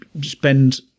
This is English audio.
spend